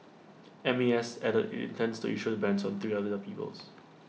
M A S added IT intends to issue the bans on three other peoples